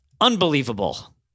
Unbelievable